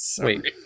wait